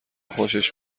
خوشش